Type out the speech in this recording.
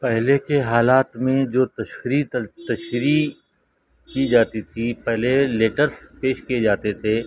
پہلے کے حالات میں جو تشریح تشریح کی جاتی تھی پہلے لیٹرس پیش کیے جاتے تھے